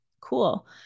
Cool